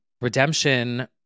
redemption